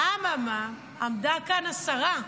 אממה, עמדה כאן השרה,